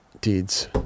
deeds